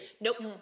Nope